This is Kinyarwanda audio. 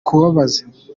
kubabaza